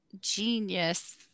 genius